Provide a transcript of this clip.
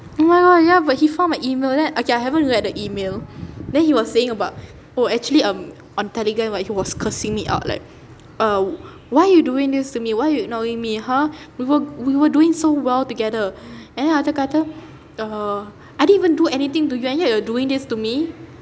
oh my god ya but he found my email then okay I haven't even look at the email then he was saying about oh actually um on telegram right he was cursing me out like err why you doing this to me why you ignoring me !huh! we were we were doing so well together and then dia kata err I didn't even do anything to you and yet you are doing this to me